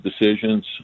decisions